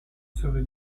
serait